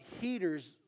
heaters